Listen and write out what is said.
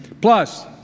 Plus